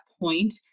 point